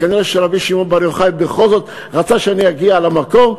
כנראה רבי שמעון בר יוחאי בכל זאת רצה שאני אגיע למקום,